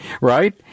Right